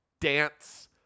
dance